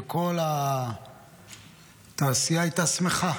וכל התעשייה הייתה שמחה.